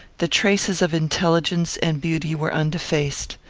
the traces of intelligence and beauty were undefaced.